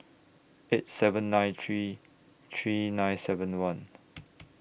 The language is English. eight seven nine three three nine seven one